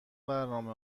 برنامه